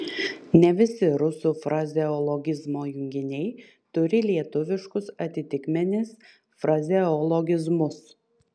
ne visi rusų frazeologizmo junginiai turi lietuviškus atitikmenis frazeologizmus